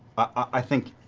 i think